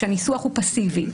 שהניסוח הוא פסיבי.